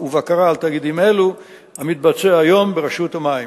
ובקרה על תאגידים אלו המתבצע היום ברשות המים.